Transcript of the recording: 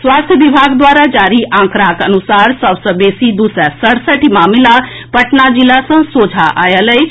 स्वास्थ्य विभाग द्वारा जारी आंकड़ाक अनुसार सभ सँ बेसी दू सय सड़सठि मामिला पटना जिला सँ सोझा आएल अछि